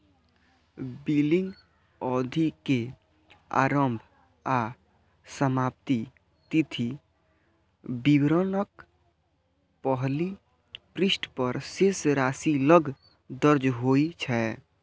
billing अवधि के आरंभ आ समाप्ति तिथि विवरणक पहिल पृष्ठ पर शेष राशि लग दर्ज होइ छै